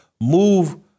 move